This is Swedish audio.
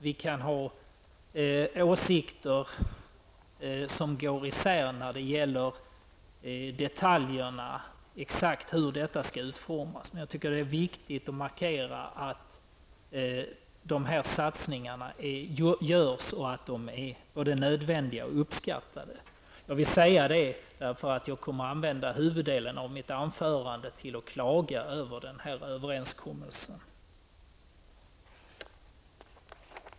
Vi kan ha åsikter som går isär när det gäller detaljerna i hur exakt allt skall utformas, men det är viktigt att markera att sådana här satsningar görs, och att vi tycker att de är både nödvändiga och uppskattade. Jag vill säga detta därför att jag kommer att använda huvuddelen av mitt anförande till att klaga över överenskommelsen.